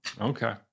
Okay